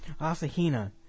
Asahina